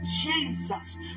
Jesus